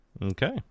Okay